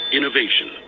Innovation